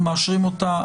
אנחנו מאשרים אותה.